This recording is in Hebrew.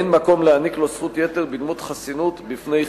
אין מקום להעניק לו זכות יתר בדמות חסינות בפני חיפוש.